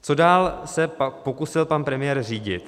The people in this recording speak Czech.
Co dál se pokusil pan premiér řídit?